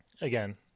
again